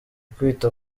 kwita